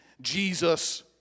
jesus